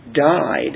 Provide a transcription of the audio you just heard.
died